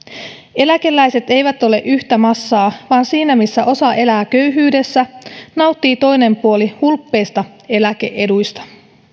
eläkeläiset eivät ole yhtä massaa vaan siinä missä osa elää köyhyydessä nauttii toinen puoli hulppeista eläke eduista